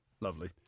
Lovely